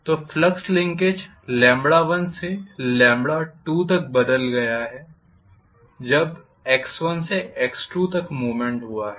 तो flux linkage 1से 2तक बदल गया है जब x1से x2 तक मूवमेंट हुआ है